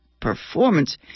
performance